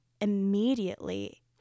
immediately